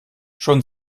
schon